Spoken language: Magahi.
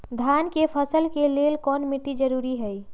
धान के फसल के लेल कौन मिट्टी जरूरी है?